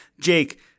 Jake